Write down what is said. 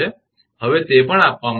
હવે તે પણ આપવામાં આવ્યું છે 𝐷𝑒𝑞 4